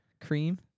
Cream